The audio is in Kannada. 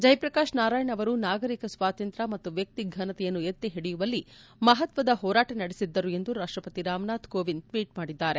ಜಯಪ್ರಕಾಶ್ ನಾರಾಯಣ್ ಅವರು ನಾಗರಿಕ ಸ್ವಾತಂತ್ರ್ಯ ಮತ್ತು ವ್ಯಕ್ತಿ ಫನತೆಯನ್ನು ಎತ್ತಿಹಿಡಿಯುವಲ್ಲಿ ಮಹತ್ವದ ಹೋರಾಟ ನಡೆಸಿದ್ದರು ಎಂದು ರಾಷ್ಟಪ್ರತಿ ರಾಮನಾಥ್ ಕೋವಿಂದ್ ಟ್ವೀಟ್ ಮಾಡಿದ್ದಾರೆ